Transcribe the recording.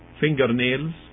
fingernails